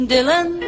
Dylan